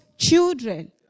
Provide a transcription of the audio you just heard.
children